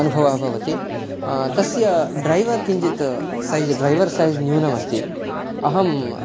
अनुभवः भवति तस्य ड्रैवर् किञ्चित् सैज़् ड्रैवर् सैज़् न्यूनम् अस्ति अहं